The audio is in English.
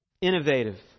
Innovative